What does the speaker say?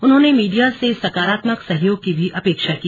उन्होंने मीडिया से सकारात्मक सहयोग की भी अपेक्षा की